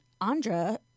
Andra